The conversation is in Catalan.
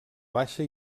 baixa